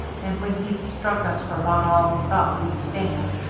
and when he'd struck us for about all he thought we'd stand,